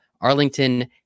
Arlington